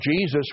Jesus